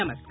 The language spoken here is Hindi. नमस्कार